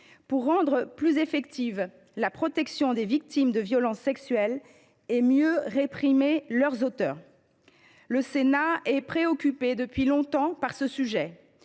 pour rendre plus effective la protection des victimes de violences sexuelles et mieux réprimer leurs auteurs. Le Sénat est préoccupé depuis longtemps par ce sujet.